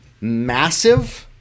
massive